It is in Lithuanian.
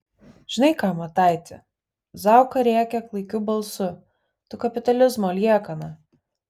žinai ką mataiti zauka rėkia klaikiu balsu tu kapitalizmo liekana